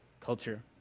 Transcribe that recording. culture